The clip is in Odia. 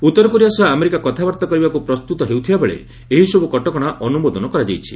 ଉତ୍ତରକୋରିଆ ସହ ଆମେରିକା କଥାବାର୍ତ୍ତା କରିବାକୁ ପ୍ରସ୍ତୁତ ହେଉଥିବାବେଳେ ଏହିସବୁ କଟକଣା ଅନୁମୋଦନ କରାଯାଇଛି